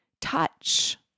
touch